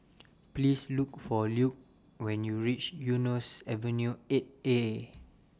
Please Look For Luke when YOU REACH Eunos Avenue eight A